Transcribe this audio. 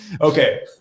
Okay